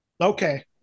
Okay